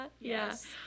Yes